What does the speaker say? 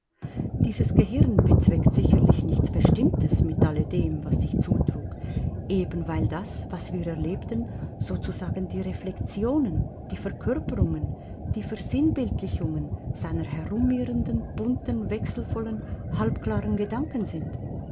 dieses gehirn bezweckt sicherlich nichts bestimmtes mit alledem was sich zutrug eben weil das was wir erlebten sozusagen die reflektionen die verkörperungen die versinnbildlichungen seiner herumirrenden bunten wechselvollen halbklaren gedanken sind